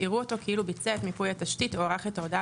יראו אותו כאילו ביצע את מיפוי התשתית או ערך את ההודעה,